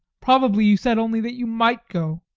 probably you said only that you might go,